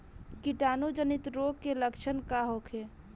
कीटाणु जनित रोग के लक्षण का होखे?